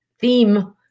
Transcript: theme